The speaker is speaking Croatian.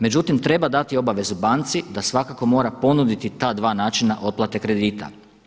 Međutim, treba dati obavezu banci da svakako mora ponuditi ta dva načina otplate kredita.